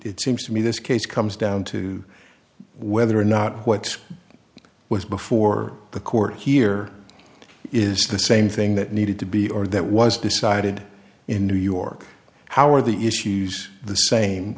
it seems to me this case comes down to whether or not what was before the court here is the same thing that needed to be or that was decided in new york how are the issues the same